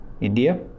India